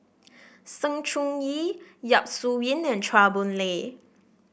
Sng Choon Yee Yap Su Yin and Chua Boon Lay